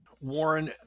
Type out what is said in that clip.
Warren